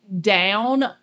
down